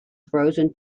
frozen